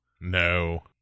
No